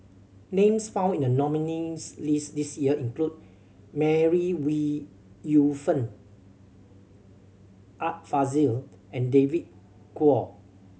names found in the nominees' list this year include Mary Ooi Yu Fen Art Fazil and David Kwo